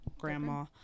grandma